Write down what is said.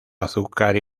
azúcar